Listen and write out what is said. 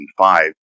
2005